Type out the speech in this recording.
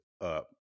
up